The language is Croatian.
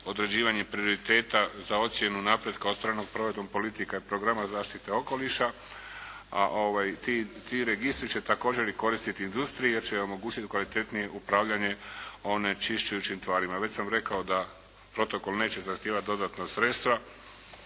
određivanje prioriteta za ocjenu napretka od strane … /Govornik se ne razumije./ … politika programa zaštite okoliša, a ti registri će također koristiti i industriji jer će omogućiti kvalitetnije upravljanje onečišćujućim tvarima. Već sam rekao da protokol neće zahtijevati dodatna sredstva